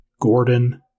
Gordon